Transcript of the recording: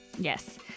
Yes